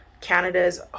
Canada's